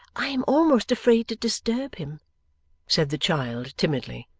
i am almost afraid to disturb him said the child timidly.